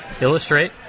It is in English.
illustrate